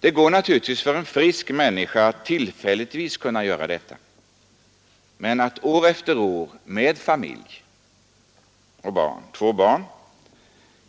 Det går naturligtvis för en frisk människa att tillfälligtvis göra detta, men att år efter år — en familj med två barn —